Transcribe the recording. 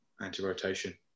anti-rotation